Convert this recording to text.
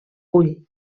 ull